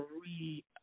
three